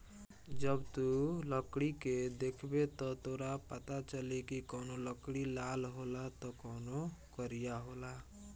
जब तू लकड़ी के देखबे त तोरा पाता चली की कवनो लकड़ी लाल होला त कवनो करिया होला